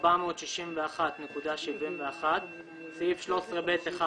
461.71 סעיף 13ב(1)